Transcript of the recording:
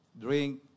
drink